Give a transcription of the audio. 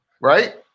right